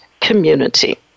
community